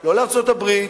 לא לארצות-הברית,